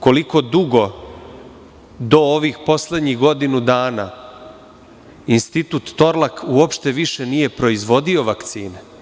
Koliko dugo do ovih poslednjih godinu dana Institut „Torlak“, uopšte više nije proizvodio vakcine.